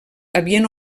havien